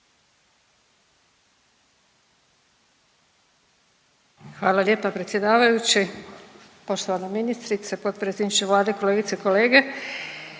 Hvala lijepa predsjedavajući. Poštovana ministrice, potpredsjedniče Vlade, kolegice i kolege,